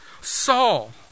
Saul